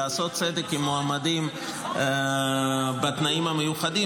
לעשות צדק עם מועמדים בתנאים המיוחדים.